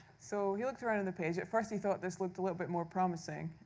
so he looked around on the page. at first, he thought this looked a little bit more promising.